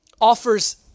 offers